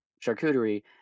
charcuterie